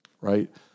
right